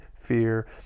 fear